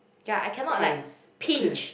ya I cannot like pinch